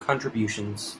contributions